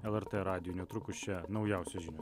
lrt radiju netrukus čia naujausios žinios